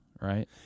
right